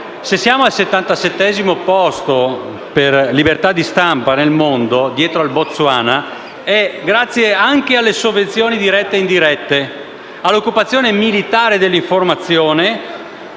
se siamo al 77° posto per libertà di stampa nel mondo, dietro al Botswana, è grazie anche alle sovvenzioni dirette e indirette e all'occupazione militare dell'informazione,